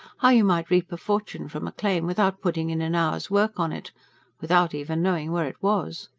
how you might reap a fortune from a claim without putting in an hour's work on it without even knowing where it was.